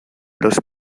los